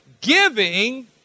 Giving